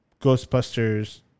Ghostbusters